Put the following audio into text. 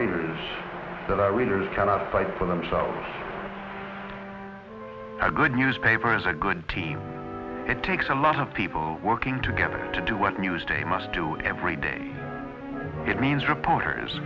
readers that our readers cannot buy for themselves a good newspaper is a good team it takes a lot of people working together to do what newsday must do every day it means reporters